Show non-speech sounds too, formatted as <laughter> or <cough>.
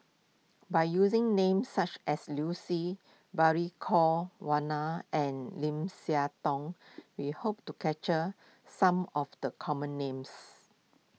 by using names such as Liu Si Balli Kaur <unintelligible> and Lim Siah Tong we hope to catcher some of the common names